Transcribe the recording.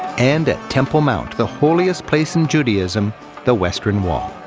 and at temple mount, the holiest place in judaism the western wall.